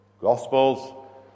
Gospels